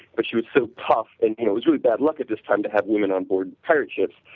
but she was so tough and it was really bad luck at this time to have women on board pirate ships,